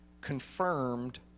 Confirmed